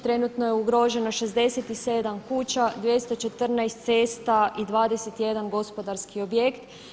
Trenutno je ugroženo 67 kuća, 214 cesta i 21 gospodarski objekt.